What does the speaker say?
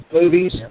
movies